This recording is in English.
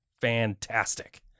fantastic